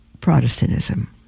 Protestantism